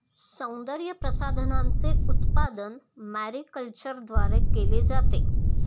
सौंदर्यप्रसाधनांचे उत्पादन मॅरीकल्चरद्वारे केले जाते